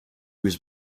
was